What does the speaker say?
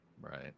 Right